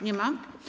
Nie ma.